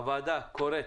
הוועדה קוראת